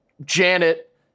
Janet